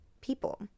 people